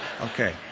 Okay